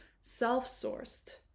self-sourced